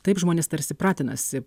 taip žmonės tarsi pratinasi